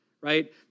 right